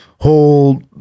whole